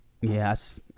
Yes